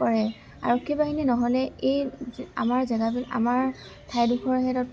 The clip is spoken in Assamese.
কৰে আৰক্ষী বাহিনী নহ'লে এই আমাৰ জেগাতো আমাৰ ঠাইডোখৰ